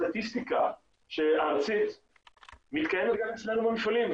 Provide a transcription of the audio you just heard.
שהסטטיסטיקה הארצית מתקיימת גם אצלנו במפעלים,